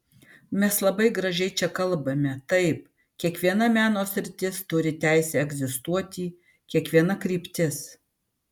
mes labai gražiai čia kalbame taip kiekviena meno sritis turi teisę egzistuoti kiekviena kryptis